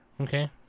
okay